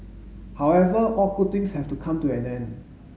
however all good things have to come to an end